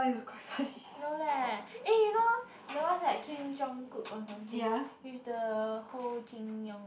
no leh eh you know the one that Kim-Jong-Kook or something with the Ho-Jin-Young